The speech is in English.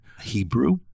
Hebrew